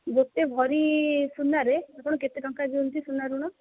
ଗୋଟିଏ ଭରି ସୁନାରେ ଆପଣ କେତେ ଟଙ୍କା ଦିଅନ୍ତି ସୁନା ଋଣ